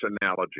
analogy